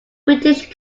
british